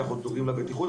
כי אנחנו מחויבים לבטיחות,